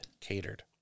Catered